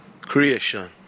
Creation